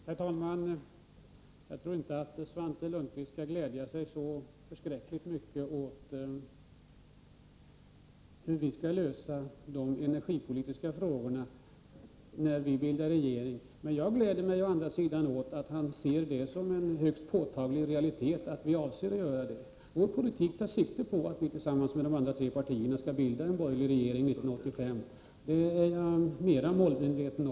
Herr talman! Jag tror inte att Svante Lundkvist skall glädja sig alltför mycket vid tanken på hur vi skall lösa de energipolitiska frågorna när vi skall bilda regering. Men jag gläder mig åt att han ser det som en påtaglig realitet att vi avser att bilda regering. Vår politik tar sikte på att vi tillsammans med de övriga borgerliga partierna skall bilda en borgerlig regering 1985. På den punkten är jag mer målmedveten.